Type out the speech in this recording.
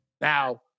Now